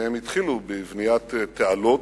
והם התחילו בבניית תעלות,